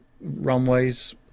runways